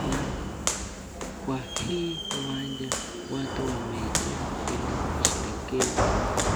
Na kwa hii uwanja watu wameijaa ili washerekee wote.